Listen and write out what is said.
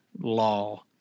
law